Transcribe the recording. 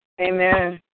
Amen